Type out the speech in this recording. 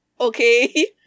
okay